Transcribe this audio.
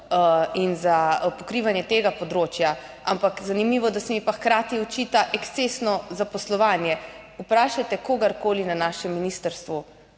in za pokrivanje tega področja, ampak zanimivo, da se mi pa hkrati očita ekscesno zaposlovanje. Vprašajte kogarkoli na našem ministrstvu,